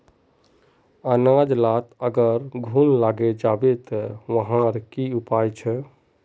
अनाज लात अगर घुन लागे जाबे ते वहार की उपाय छे?